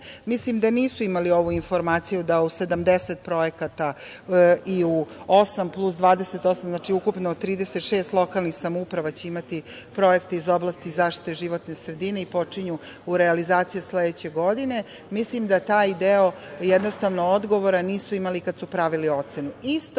mislim da nisu imali ovu informaciju da u 70 projekata i u osam plus 28, znači ukupno 36 lokalnih samouprava će imati projekte iz oblasti životne sredine i počinju realizaciju od sledeće godine. Mislim da taj deo odgovara nisu imali kad su pravili ocenu,